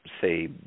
say